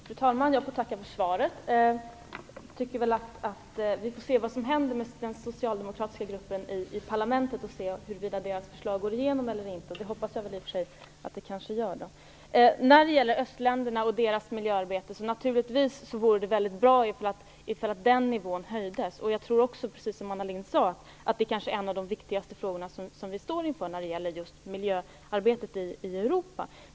Fru talman! Jag får tacka för svaret. Vi får väl se vad som händer med den socialdemokratiska gruppen i parlamentet - om dess förslag går igenom eller inte. I och för sig hoppas jag väl att det gör det. När det gäller östländerna och deras miljöarbete vore det naturligtvis väldigt bra om nivån höjdes. Jag tror, precis som Anna Lindh sade, att det kanske är en av de viktigaste frågor som vi står inför i fråga om just miljöarbetet i Europa.